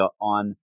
On